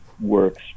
works